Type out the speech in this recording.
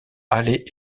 aller